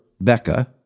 Becca